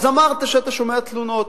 אז אמרת שאתה שומע תלונות.